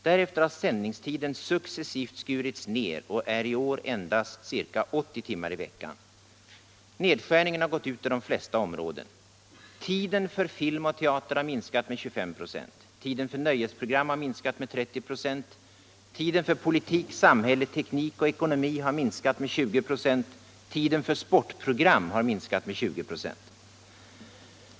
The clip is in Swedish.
Därefter har sändningstiden successivt skurits ner och är i år endast ca 80 timmar i veckan. Nedskärningen har gått ut över de flesta områden: Tiden för nöjesprogram har minskat med 30 ;. Tiden för politik, samhälle, teknik och ekonomi har minskat med 20 "a.